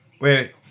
Wait